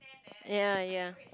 ya ya